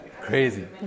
crazy